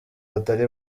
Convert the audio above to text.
batari